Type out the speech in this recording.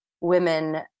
women